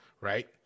right